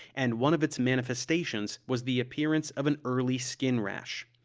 and one of its manifestations was the appearance of an early skin rash.